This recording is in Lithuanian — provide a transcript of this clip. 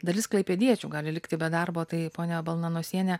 dalis klaipėdiečių gali likti be darbo tai ponia balnanosiene